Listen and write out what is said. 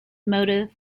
motive